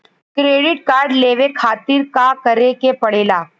Credit card लेवे खातिर का करे के पड़ेला?